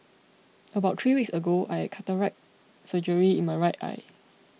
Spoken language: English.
about three weeks ago I had cataract surgery in my right eye